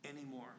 anymore